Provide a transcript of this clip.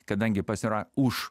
kadangi pasira už